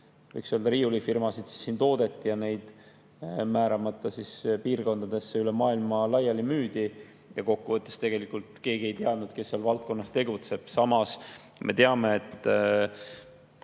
võiks öelda, riiulifirmasid ja neid müüdi määramata piirkondadesse üle maailma laiali. Kokkuvõttes tegelikult keegi ei teadnud, kes seal valdkonnas tegutseb. Samas me teame, et